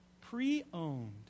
Pre-owned